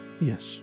Yes